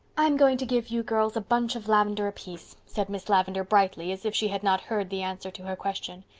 i'm going to give you girls a bunch of lavendar apiece, said miss lavendar brightly, as if she had not heard the answer to her question.